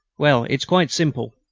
well, it's quite simple.